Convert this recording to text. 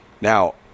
now